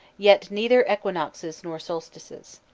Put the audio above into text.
yet neither equinoxes nor solstices.